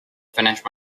finish